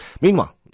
Meanwhile